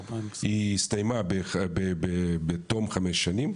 היא הסתיימה בתום חמש שנים,